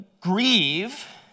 grieve